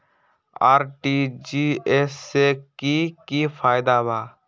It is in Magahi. आर.टी.जी.एस से की की फायदा बा?